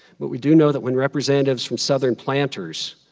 but we do know that when representatives from southern planters,